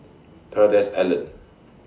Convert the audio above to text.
Paradise Island